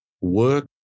work